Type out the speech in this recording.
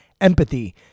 empathy